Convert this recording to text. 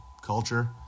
culture